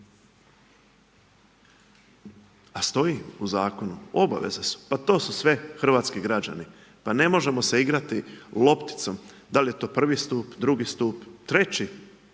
A stoji u zakonu, obaveze su, pa to su sve hrvatski građani. Pa ne možemo se igrati lopticom, dal je to 1 stup, 2 stup 3